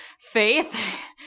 faith